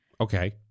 Okay